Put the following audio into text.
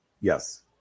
Yes